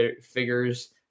figures